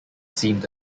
seemed